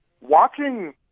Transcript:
watching